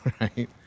right